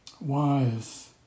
wise